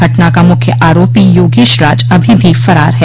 घटना का मूख्य आरोपी योगेश राज अभी भी फरार है